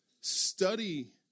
Study